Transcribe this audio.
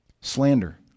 Slander